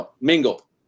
mingle